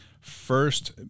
first